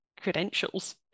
credentials